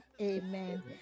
Amen